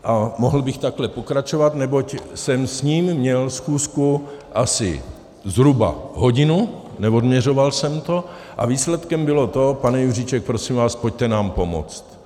A mohl bych takhle pokračovat, neboť jsem s ním měl schůzku asi zhruba hodinu, neodměřoval jsem to, a výsledkem bylo to: Pane Juříček, prosím vás, pojďte nám pomoct.